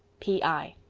p i